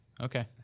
Okay